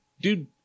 Dude